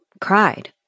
cried